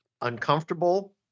uncomfortable